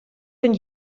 den